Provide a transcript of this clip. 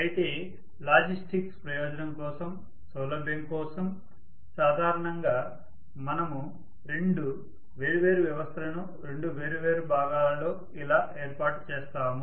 అయితే లాజిస్టిక్స్ ప్రయోజనం కోసం సౌలభ్యం కోసం సాధారణంగా మనము రెండు వేర్వేరు వ్యవస్థలను రెండు వేర్వేరు భాగాలలో ఇలా ఏర్పాటు చేస్తాము